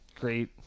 great